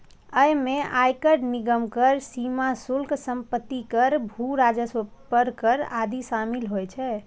अय मे आयकर, निगम कर, सीमा शुल्क, संपत्ति कर, भू राजस्व पर कर आदि शामिल होइ छै